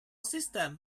system